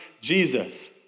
Jesus